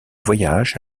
voyages